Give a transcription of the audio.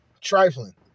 Trifling